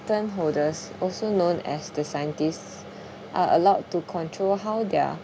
holders also known as the scientists are allowed to control how their